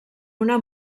una